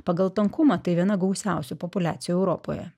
pagal tankumą tai viena gausiausių populiacijų europoje